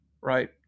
Right